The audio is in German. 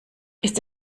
ist